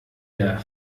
der